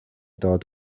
dod